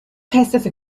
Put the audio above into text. passive